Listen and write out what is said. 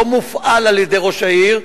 לא מופעל על-ידי ראש העיר,